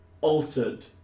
altered